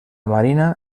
marina